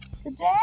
Today